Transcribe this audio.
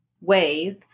wave